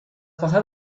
pasar